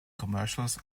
commercials